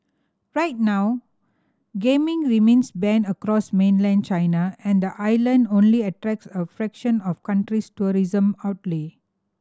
right now gaming remains banned across mainland China and the island only attracts a fraction of country's tourism outlay